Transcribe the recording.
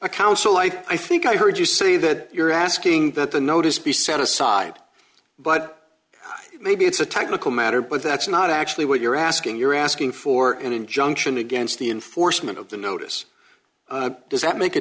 n counsel i think i heard you say that you're asking that the notice be set aside but maybe it's a technical matter but that's not actually what you're asking you're asking for an injunction against the enforcement of the notice does that make a